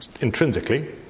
intrinsically